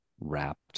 wrapped